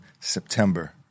September